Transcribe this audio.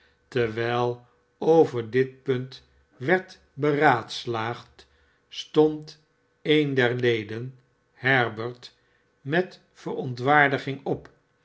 terwijl over dit punt werd beraadslaagd stond een der leden herbert met veirontwaaardiging op